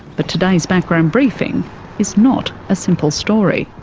but today's background briefing is not a simple story.